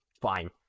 Fine